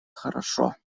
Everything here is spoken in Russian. хорошо